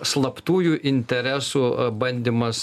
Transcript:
slaptųjų interesų bandymas